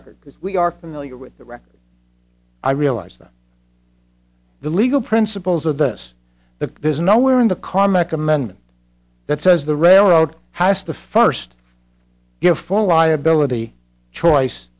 record because we are familiar with the record i realize that the legal principles of this the there's nowhere in the comic amendment that says the railroad has to first give for liability choice